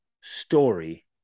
story